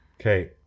Okay